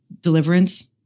Deliverance